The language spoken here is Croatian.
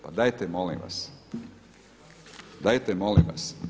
Pa dajte molim vas, dajte molim vas.